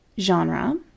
Genre